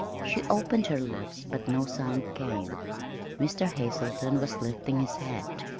she opened her lips, but no sound came mr. hazelton was lifting his hat.